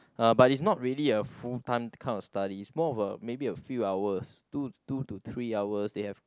uh but is not really a full time kind of study more of a maybe a few hours two two to three hours they have